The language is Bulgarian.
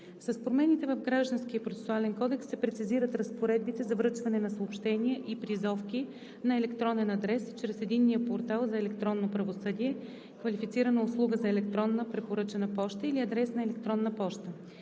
С промените в Гражданския процесуален кодекс се прецизират разпоредбите за връчване на съобщения и призовки на електронен адрес чрез Единния портал за електронно правосъдие, квалифицирана услуга за електронна препоръчана поща или адрес на електронна поща.